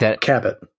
Cabot